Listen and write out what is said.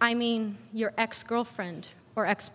i mean your ex girlfriend or ex